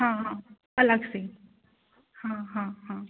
हाँ हाँ अलग से हाँ हाँ हाँ